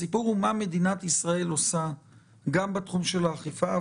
הסיפור הוא מה מדינת ישראל עושה בתחום האכיפה,